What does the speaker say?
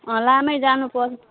लामै जानुपऱ्यो